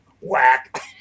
whack